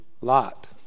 Lot